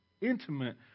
intimate